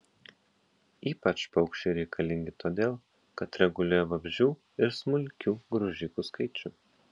ypač paukščiai reikalingi todėl kad reguliuoja vabzdžių ir smulkių graužikų skaičių